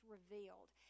Revealed